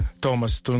Thomas